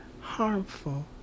harmful